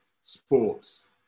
Sports